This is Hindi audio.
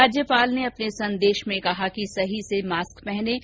राज्यपाल ने अपने संदेश में कहा कि सही से मास्क पहनें